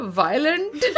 violent